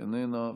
איננה,